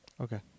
Okay